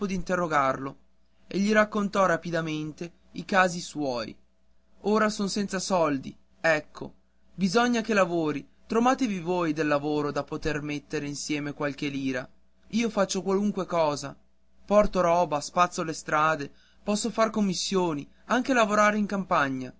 d'interrogarlo e gli raccontò rapidamente i casi suoi ora son senza soldi ecco bisogna che lavori trovatemi voi del lavoro da poter mettere insieme qualche lira io faccio qualunque cosa porto roba spazzo le strade posso far commissioni anche lavorare in campagna